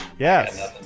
Yes